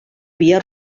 via